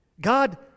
God